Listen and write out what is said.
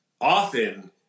often